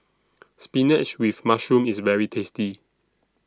Spinach with Mushroom IS very tasty